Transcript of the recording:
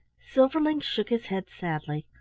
silverling shook his head sadly.